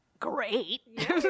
Great